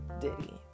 Diddy